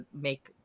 make